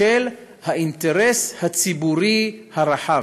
בשל "האינטרס הציבורי הרחב".